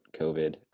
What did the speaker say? COVID